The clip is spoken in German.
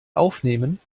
aufnehmen